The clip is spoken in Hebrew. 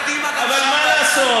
היית בקדימה, אבל מה לעשות,